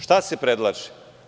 Šta se predlaže?